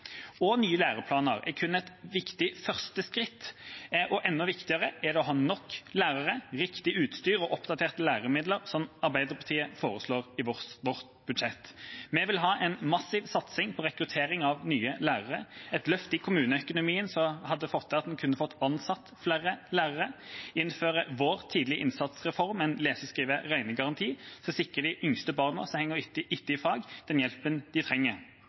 Nye læreplaner er kun et viktig første skritt, enda viktigere er det å ha nok lærere, riktig utstyr og oppdaterte læremidler, som Arbeiderpartiet foreslår i sitt budsjett. Vi vil ha en massiv satsing på rekruttering av nye lærere, et løft i kommuneøkonomien som hadde fått til at en kunne ansette flere lærere, innføre vår tidlig-innsats-reform – en lese-, skrive- og regnegaranti – for å sikre de yngste barna som henger etter i fag, den hjelpen de trenger.